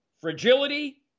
Fragility